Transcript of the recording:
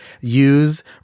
use